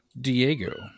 Diego